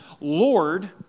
Lord